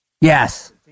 Yes